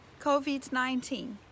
COVID-19